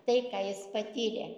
tai ką jis patyrė